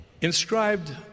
Inscribed